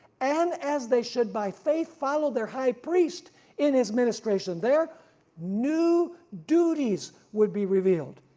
and as they should by faith follow their high priest in his administration their new duties would be revealed,